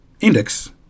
index